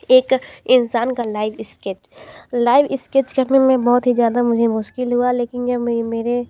एक इंसान का लाइव इस्केच लाइव इस्केच करने में बहुत ही ज़्यादा मुझे मुश्किल हुआ लेकिन यह में मेरे